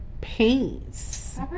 Peace